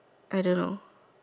I don't know